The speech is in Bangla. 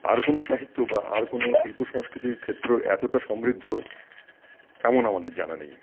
আর কোনো সাহিত্য বা আর কোনো শিল্প সংস্কৃতির ক্ষেত্র এতটা সমৃদ্ধ এমন আমাদের জানা নেই